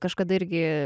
kažkada irgi